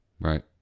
Right